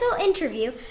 interview